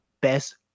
best